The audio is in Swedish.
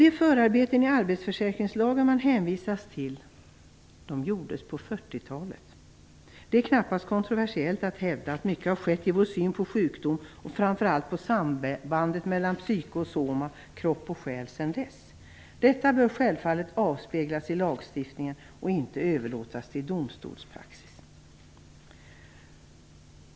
De förarbeten i arbetsförsäkringslagen som man hänvisar till gjordes på 40-talet. Det är knappast kontroversiellt att hävda att mycket har skett i vår syn på sjukdom, framför allt på sambandet mellan psyke och soma, själ och kropp, sedan dess. Detta bör självfallet avspeglas i lagstiftningen och inte överlåtas till domstolspraxis.